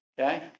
Okay